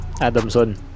Adamson